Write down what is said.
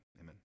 Amen